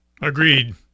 Agreed